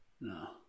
No